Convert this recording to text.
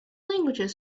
languages